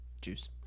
juice